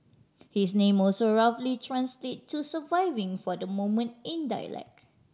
his name also roughly translate to surviving for the moment in dialect